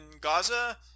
Gaza